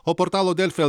o portalo delfi